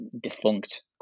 defunct